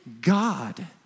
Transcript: God